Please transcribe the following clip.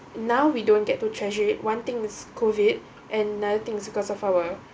now we don't get to treasure it one thing is COVID and another thing because of our